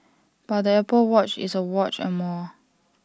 but the Apple watch is A watch and more